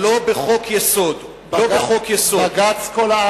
חופש הביטוי,